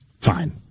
Fine